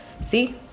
See